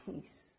peace